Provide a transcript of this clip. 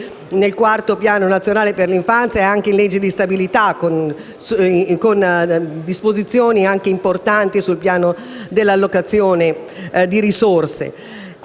nel quarto piano nazionale per l'infanzia e nella legge di stabilità con disposizioni anche importanti sul piano dell'allocazione di risorse.